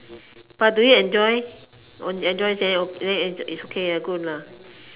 but do you enjoy enjoy enjoy thern then is okay good lah